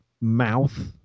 mouth